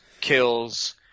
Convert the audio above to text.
kills